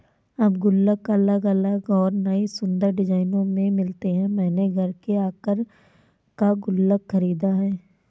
अब गुल्लक अलग अलग और नयी सुन्दर डिज़ाइनों में मिलते हैं मैंने घर के आकर का गुल्लक खरीदा है